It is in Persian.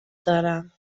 دارم